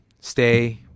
Stay